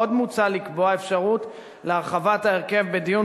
עוד מוצע לקבוע אפשרות להרחיב את ההרכב בדיון